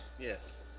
Yes